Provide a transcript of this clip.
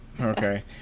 okay